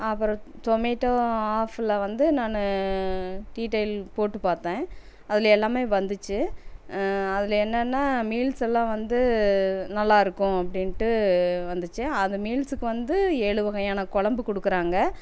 அப்புறம் சொமேட்டோ ஆஃப்பில் வந்து நான் டீட்டெயில் போட்டு பார்த்தேன் அதில் எல்லாம் வந்துச்சு அதில் என்னான்னா மீல்ஸ் எல்லாம் வந்து நல்லாயிருக்கும் அப்படின்ட்டு வந்துச்சு அந்த மீல்ஸுக்கு வந்து ஏழு வகையான கொழம்பு கொடுக்குறாங்க